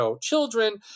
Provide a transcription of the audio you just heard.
children